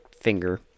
finger